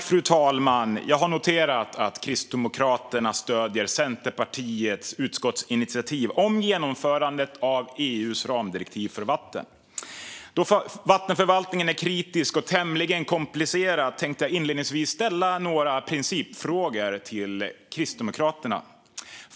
Fru talman! Jag har noterat att Kristdemokraterna stöder Centerpartiets utskottsinitiativ om genomförandet av EU:s ramdirektiv för vatten. Då vattenförvaltning är kritiskt och tämligen komplicerat tänkte jag inledningsvis ställa några principfrågor till Kristdemokraterna.